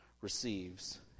receives